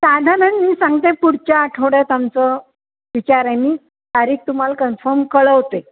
साधारण मी सांगते पुढच्या आठवड्यात आमचं विचार आहे आणि तारीख तुम्हाला कन्फम कळवते